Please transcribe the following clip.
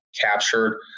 captured